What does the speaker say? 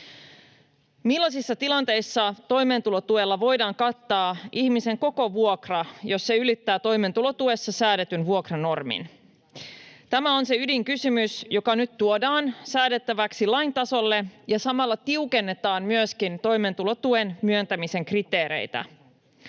Millaisissa tilanteissa toimeentulotuella voidaan kattaa ihmisen koko vuokra, jos se ylittää toimeentulotuessa säädetyn vuokranormin? Tämä on se ydinkysymys, joka nyt tuodaan säädettäväksi lain tasolle, ja samalla tiukennetaan myöskin toimeentulotuen myöntämisen kriteereitä.